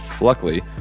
Luckily